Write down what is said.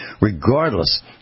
regardless